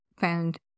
found